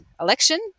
election